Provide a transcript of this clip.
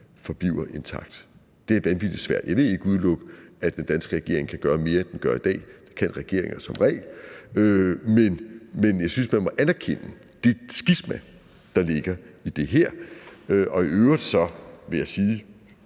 forbliver intakt. Det er vanvittig svært. Jeg vil ikke udelukke, at den danske regering kan gøre mere, end den gør i dag – det kan regeringer som regel – men jeg synes, man må anerkende det skisma, der ligger i det her. Og så vil jeg i